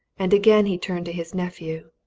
and again he turned to his nephew.